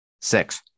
Six